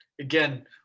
again